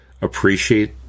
appreciate